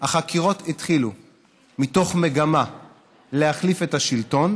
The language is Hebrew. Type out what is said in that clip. החקירות התחילו מתוך מגמה להחליף את השלטון.